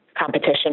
competition